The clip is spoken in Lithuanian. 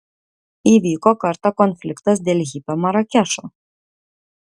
įvyko kartą konfliktas dėl hipio marakešo